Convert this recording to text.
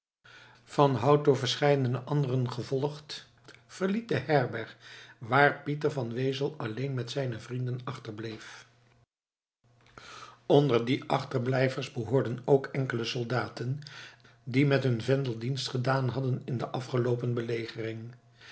door verscheidene anderen gevolgd verliet de herberg waar pieter van wezel alleen met zijne vrienden achterbleef onder die achterblijvers behoorden ook enkele soldaten die met hun vendel dienst gedaan hadden in de afgeloopen belegering